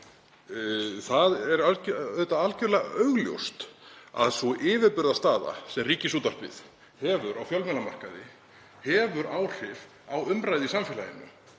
auðvitað algerlega augljóst að sú yfirburðastaða sem Ríkisútvarpið hefur á fjölmiðlamarkaði hefur áhrif á umræðu í samfélaginu.